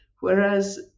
whereas